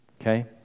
Okay